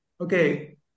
okay